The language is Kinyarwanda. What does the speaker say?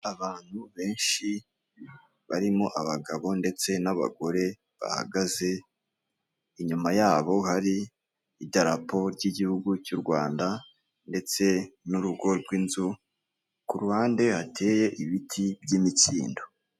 Abantu benshi barimo abagabo ndetse n'abagore bahagaze inyuma yabo hari idarapo ry'igihugu cy'u rwanda ndetse n'urugo rw'inzu ku ruhande hateye ibiti by'imikindo .